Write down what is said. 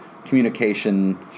communication